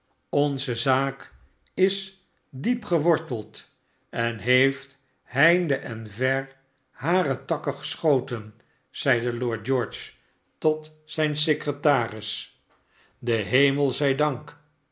sonze zaak is diep geworteld en heeft heinde en ver hare takken geschoten zeide lord george tot zijn secretaris den hemel zij dank